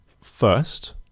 First